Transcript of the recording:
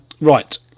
Right